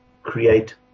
Create